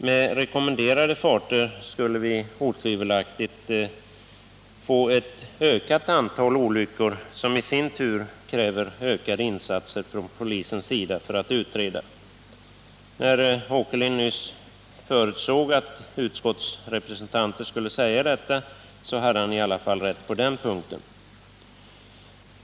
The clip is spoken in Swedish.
Med rekommenderade farter skulle vi otvivelaktigt få ett ökat antal olyckor, som i sin tur skulle kräva ökade insatser från polisens sida för att utredas. När Allan Åkerlind nyss förutsåg att utskottsrepresentanter skulle säga detta hade han rätt.